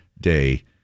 Day